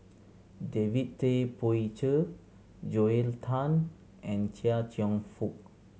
David Tay Poey Cher Joel Tan and Chia Cheong Fook